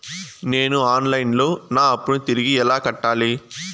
నేను online లో నా అప్పును తిరిగి ఎలా కట్టాలి?